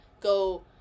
go